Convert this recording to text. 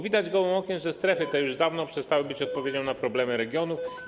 Widać gołym okiem, że strefy te już dawno przestały być odpowiedzią na problemy regionów.